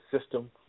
system